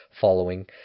following